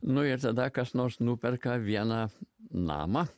nu ir tada kas nors nuperka vieną namą